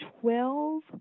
Twelve